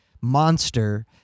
monster